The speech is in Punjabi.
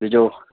ਅਤੇ ਜੋ